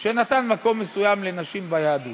שנתן מקום מסוים לנשים ביהדות.